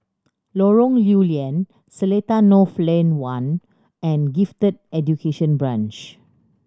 Lorong Lew Lian Seletar North Lane One and Gifted Education Branch